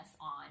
on